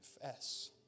confess